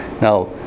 now